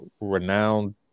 renowned